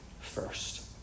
first